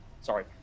Sorry